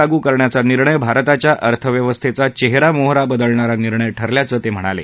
लागू करण्याचा निर्णय भारताच्या अर्थव्यवस्थेचा चेहरामोहरा बदलणारा निर्णय ठरल्याचं ते म्हणाले